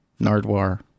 nardwar